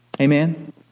Amen